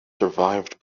survived